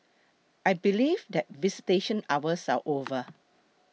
I believe that visitation hours are over